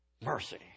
Mercy